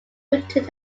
written